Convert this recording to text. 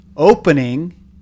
opening